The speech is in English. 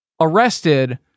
arrested